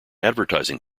advertising